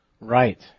right